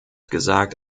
gesagt